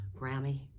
Grammy